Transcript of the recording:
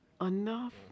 Enough